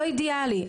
לא אידאלי,